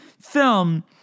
film